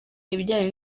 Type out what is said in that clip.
ibijyanye